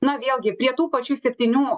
na vėlgi prie tų pačių septynių